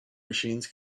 machines